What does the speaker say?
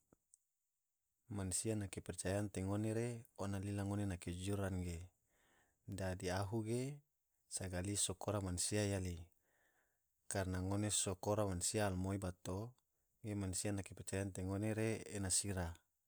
Mansia na kepercayaan te ngone re ona lila ngone na kejujuran ge, dadi ahu ge sagali so kora mansia yali, karana ngone so kora mansia alumoi bato ge mansia na kepercayaan te ngone re ena sira.